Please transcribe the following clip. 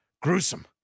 gruesome